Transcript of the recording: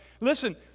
listen